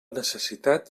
necessitat